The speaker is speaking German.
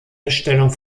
erstellung